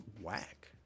whack